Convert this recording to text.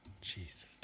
Jesus